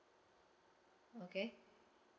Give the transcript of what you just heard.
okay